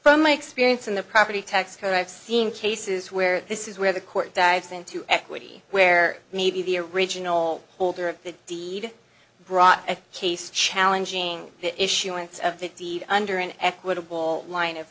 from my experience in the property tax code i've seen cases where this is where the court dives into equity where maybe the original holder of the deed brought a case challenging the issuance of the deed under an equitable line of